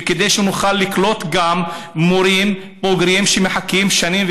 וכדי שנוכל לקלוט גם מורים בוגרים שמחכים שנים,